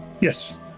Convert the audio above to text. yes